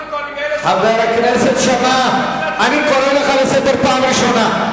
חבר הכנסת שאמה, אני קורא אותך לסדר פעם ראשונה.